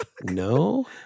no